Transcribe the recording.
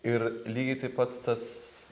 ir lygiai taip pats tas